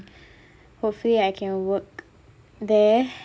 hopefully I can work there